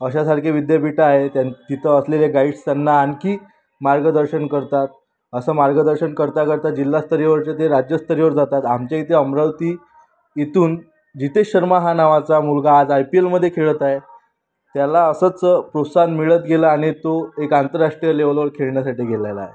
अशासारखे विद्यापीठं आहे त्या तिथं असलेले गाईड्स त्यांना आणखी मार्गदर्शन करतात असं मार्गदर्शन करता करता जिल्हास्तरीयवरचे ते राज्यस्तरीयवर जातात आमच्या इथे अमरावती इथून जितेश शर्मा हा नावाचा मुलगा आज आय पी एलमधे खेळत आहे त्याला असंच प्रोत्साहन मिळत गेलं आणि तो एक आंतरराष्ट्रीय लेवलवर खेळण्यासाठी गेलेला आहे